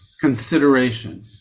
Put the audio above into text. consideration